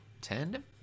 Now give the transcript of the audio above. tandem